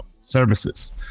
services